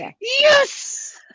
Yes